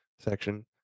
Section